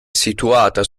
situata